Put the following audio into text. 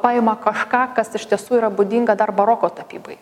paima kažką kas iš tiesų yra būdinga dar baroko tapybai